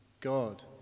God